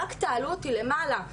רק תעלו אותי למעלה.